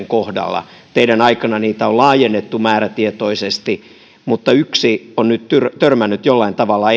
kohdalla teidän aikananne niitä on laajennettu määrätietoisesti mutta yksi joka on nyt törmännyt jollain tavalla